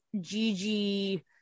Gigi